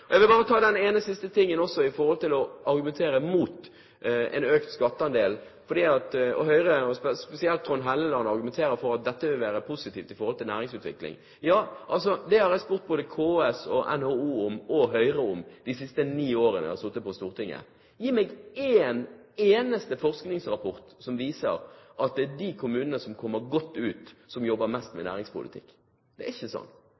Jeg vil også bare ta med en siste ting i forhold til å argumentere mot en økt skatteandel. Høyre, og spesielt Trond Helleland, argumenterer med at dette vil være positivt for næringsutvikling. Jeg har bedt både KS, NHO og Høyre i de ni årene jeg har sittet på Stortinget: Gi meg en eneste forskningsrapport som viser at det er de kommunene som jobber med næringspolitikk, som kommer godt ut. Det er ikke sånn.